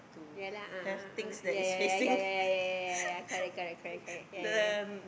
ya lah a'ah a'ah a'ah ya ya ya ya ya ya ya ya correct correct correct correct ya ya